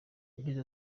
yagize